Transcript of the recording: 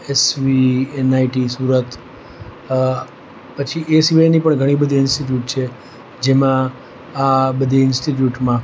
SVNIT Surat પછી એ સિવાયની પણ ઘણી બધી ઇન્સ્ટિટ્યૂટ છે જેમાં આ બધી ઇન્સ્ટિટ્યૂટમાં